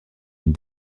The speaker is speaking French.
une